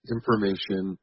Information